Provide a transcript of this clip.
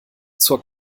zur